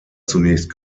zunächst